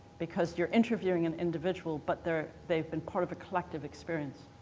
because you're interviewing an individual but they're they've been part of a collective experience.